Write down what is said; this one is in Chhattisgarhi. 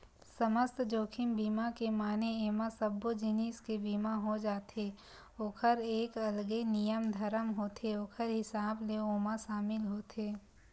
समस्त जोखिम बीमा के माने एमा सब्बो जिनिस के बीमा हो जाथे ओखर एक अलगे नियम धरम होथे ओखर हिसाब ले ओमा सामिल होथे